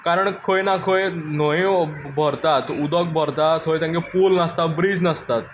कारण खंय ना खंय न्हंयो भरतात उदक भरता थंय तांकां पूल नासता ब्रिज नासतात